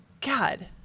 god